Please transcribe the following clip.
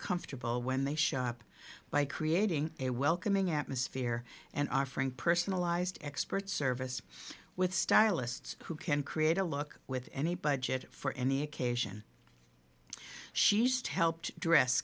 comfortable when they shop by creating a welcoming atmosphere and offering personalized expert service with stylists who can create a look with any budget for any occasion she just helped dress